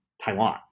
Taiwan